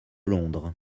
londres